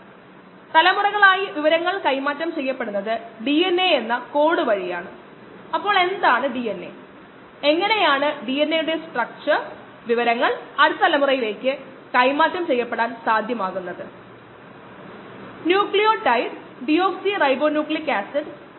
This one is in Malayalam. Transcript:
അതിനാൽ മികച്ച വിവരങ്ങൾ ഓൺലൈൻ രീതികളിൽ നിന്നുമാണ് ലഭിക്കുന്നത് പക്ഷേ കുറച്ച് വിശ്വസനീയമായ അളവുകൾക്ക് മാത്രമേ ലഭ്യമാകൂ മാത്രമല്ല ഇത് ഓൺലൈൻ രീതികളിലെ ബുദ്ധിമുട്ടായിത്തീരുന്നു